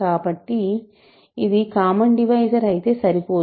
కాబట్టి ఇది common divisor అయితే సరిపోదు